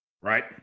Right